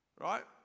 right